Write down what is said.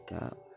up